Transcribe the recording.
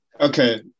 Okay